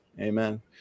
Amen